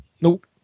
Nope